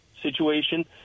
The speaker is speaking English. situation